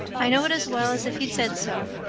i know it as well as if he'd said so.